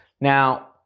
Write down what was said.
Now